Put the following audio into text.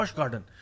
garden